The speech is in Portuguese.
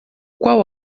qual